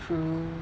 true